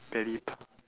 ballet pump